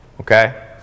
Okay